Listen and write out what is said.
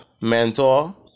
mentor